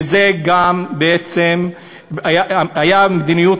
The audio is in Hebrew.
וזו בעצם גם הייתה המדיניות,